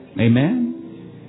Amen